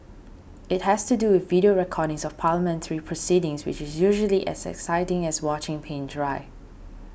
it has to do with video recordings of parliamentary proceedings which is usually as exciting as watching paint dry